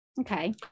Okay